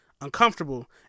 Uncomfortable